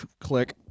Click